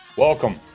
Welcome